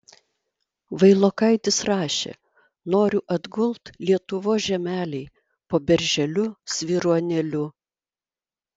vailokaitis rašė noriu atgult lietuvos žemelėj po berželiu svyruonėliu